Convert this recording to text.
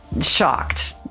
shocked